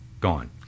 Gone